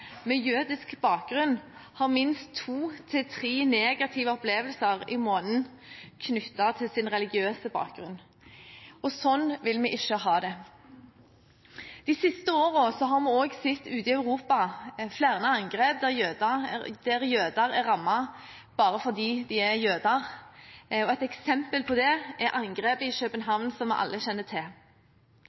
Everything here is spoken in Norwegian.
med jødisk bakgrunn har minst to til tre negative opplevelser i måneden knyttet til sin religiøse bakgrunn. Sånn vil vi ikke ha det. De siste årene har vi ute i Europa også sett flere angrep der jøder er rammet bare fordi de er jøder, og et eksempel på det er angrepet i København, som vi alle kjenner til.